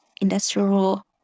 industrial